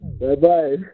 Bye-bye